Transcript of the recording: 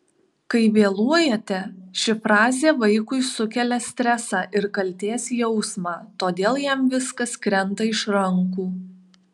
kai vėluojate ši frazė vaikui sukelia stresą ir kaltės jausmą todėl jam viskas krenta iš rankų